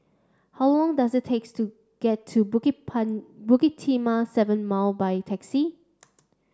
how long does it take to get to Bukit Bukit Timah Seven Mile by taxi